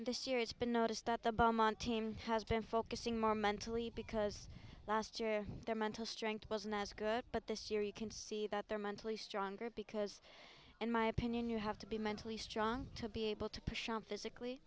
guess this year it's been noticed that the belmont team has been focusing more mentally because last year their mental strength wasn't as good but this year you can see that they're mentally stronger because in my opinion you have to be mentally strong to be able to push on physically